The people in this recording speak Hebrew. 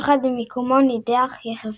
יחד עם מיקומו הנידח יחסית,